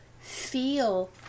feel